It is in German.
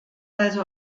also